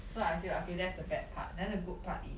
so I feel okay that's the bad part and then the good part is